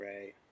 Right